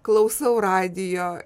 klausau radijo